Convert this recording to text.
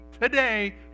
Today